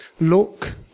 Look